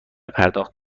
پرداخت